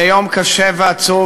זה יום קשה ועצוב,